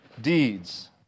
deeds